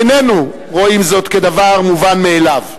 איננו רואים זאת כדבר מובן מאליו.